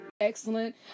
excellent